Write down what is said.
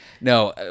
No